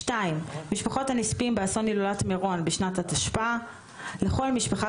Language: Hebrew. משפחות הנספים באסון הילולת מירון בשנת התשפ"א; לכל משפחה